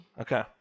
Okay